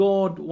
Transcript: God